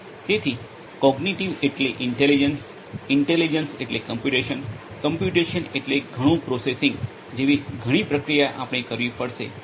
તેથી કોગ્નિટિવ એટલે intelligence intelligence એટલે કમ્પ્યૂટેશન કમ્પ્યૂટેશન એટલે ઘણું પ્રોસેસીંગ જેવી ઘણી પ્રક્રિયા આપણે કરવી પડશે